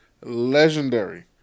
legendary